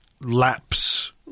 lapse